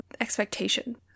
expectation